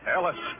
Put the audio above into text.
Ellis